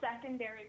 secondary